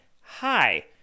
hi